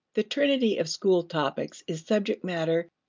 the trinity of school topics is subject matter,